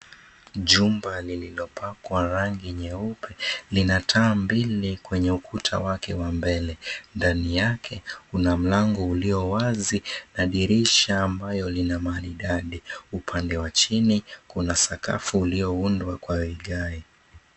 Jumba lililo pakwa rangi nyeupe lina taa mbili kwenye ukuta wake wa mbele ndani yake kuna mlango ulio wazi na dirisha ambala lina maridadi. Upande wa chini kuna sakafu iliyoundwa kwa vigae.